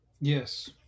Yes